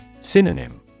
Synonym